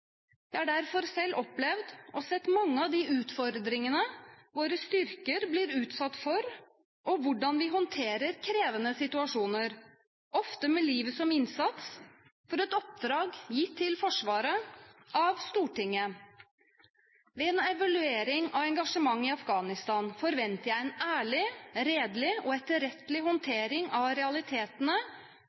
Jeg har derfor selv opplevd og sett mange av de utfordringene våre styrker blir utsatt for, og hvordan vi håndterer krevende situasjoner – ofte med livet som innsats for et oppdrag gitt til Forsvaret av Stortinget. Ved en evaluering av engasjementet i Afghanistan forventer jeg en ærlig, redelig og etterrettelig håndtering av realitetene,